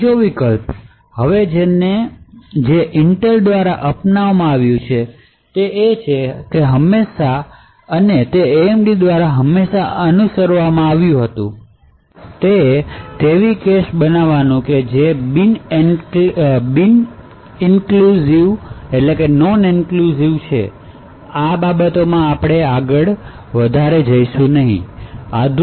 ત્રીજો વિકલ્પ જે હવે ઇન્ટેલ દ્વારા અપનાવવામાં આવ્યું છે અને હંમેશા AMD દ્વારા અનુસરવામાં આવ્યું છે તે તેવી કેશ બનાવવાનું છે જે બિન ઇનક્લુસિવ છે આપણે આ બાબતોમાં આગળ નહીં જઈએ